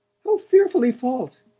how fearfully false!